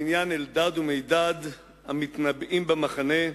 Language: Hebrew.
בעניין אלדד ומידד המתנבאים במחנה: